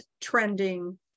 trending